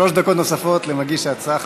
שלוש דקות נוספות למגיש ההצעה,